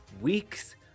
week's